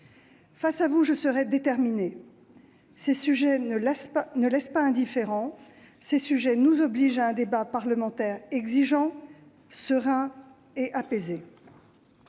Face à vous, je serai déterminée. Ces sujets ne laissent pas indifférents, ces sujets nous obligent à un débat parlementaire exigeant, serein et apaisé.